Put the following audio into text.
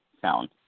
sound